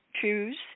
choose